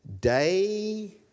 day